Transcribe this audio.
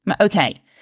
Okay